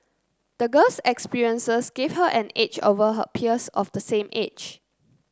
the girl's experiences gave her an edge over her peers of the same age